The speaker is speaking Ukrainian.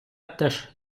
теж